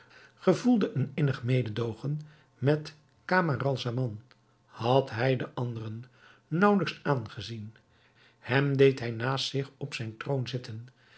gevoelde een innig mededoogen met camaralzaman had hij de anderen naauwelijks aangezien hem deed hij naast zich op zijn troon zitten